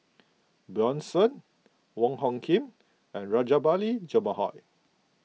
Bjorn Shen Wong Hung Khim and Rajabali Jumabhoy